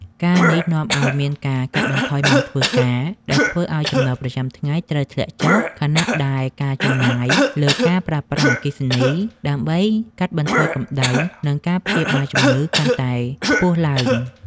ការណ៍នេះនាំឱ្យមានការកាត់បន្ថយម៉ោងធ្វើការ ដែលធ្វើឱ្យចំណូលប្រចាំថ្ងៃត្រូវធ្លាក់ចុះ ខណៈដែលការចំណាយលើការប្រើប្រាស់អគ្គិសនីដើម្បីកាត់បន្ថយកម្ដៅ និងការព្យាបាលជំងឺកាន់តែខ្ពស់ឡើង។